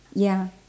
ya